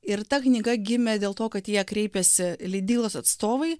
ir ta knyga gimė dėl to kad į ją kreipėsi leidyklos atstovai